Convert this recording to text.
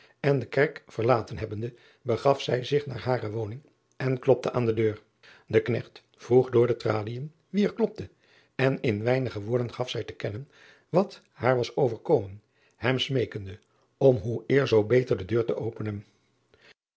en de kerk verlaten hebbende begaf zij zich naar hare woning en klopte aan de deur e knecht vroeg door de tralien wie er klopte en in weinige woorden gaf zij te kennen wat haar was overgekomen hem smeekende om hoe eer zoo beter de deur te openen